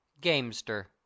gamester